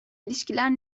ilişkiler